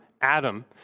Adam